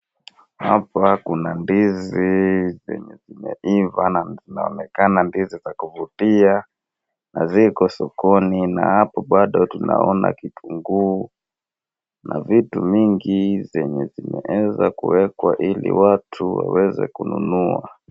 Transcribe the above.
Hapa kuna ndizi zenye zimeiva na zinaonekana ndizi za kuvutia na ziko sokoni na hapo bado tunaona kitunguu na vitu mingi zenye zimeeza kuwekwa ili watu waweze kununua.